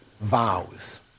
vows